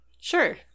Sure